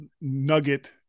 nugget